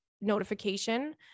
notification